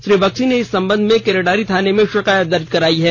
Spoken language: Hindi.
श्री बक्सी ने इस संबंध में केरेडारी थाने में शिकायत दर्ज करायी है